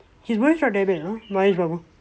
his voice not that bad hor mahesh babu